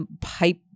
pipe